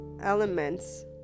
elements